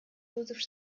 josef